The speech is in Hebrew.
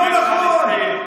לא נכון.